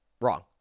Wrong